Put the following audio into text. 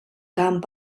camp